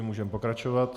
Můžeme pokračovat.